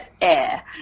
air